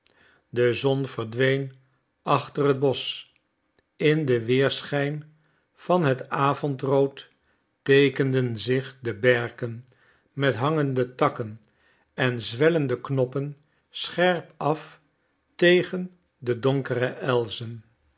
de zon verdween achter het bosch in den weerschijn van het avondrood teekenden zich de berken met hangende takken en zwellende knoppen scherp af tegen de donkere elzen